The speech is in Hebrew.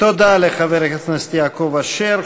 תודה לחבר הכנסת יעקב אשר.